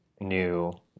new